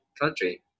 country